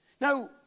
Now